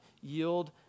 yield